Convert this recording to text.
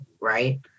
Right